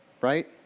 right